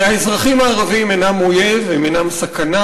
האזרחים הערבים אינם אויב, הם אינם סכנה.